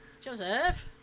Joseph